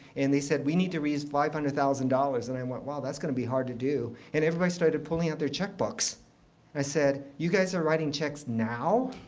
and they said, we need to raise five hundred thousand dollars. and i went, wow, that's going to be hard to do. and everybody started pulling out their checkbooks. and i said, you guys are writing checks now?